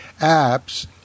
apps